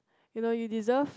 you know you deserve